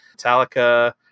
Metallica